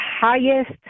highest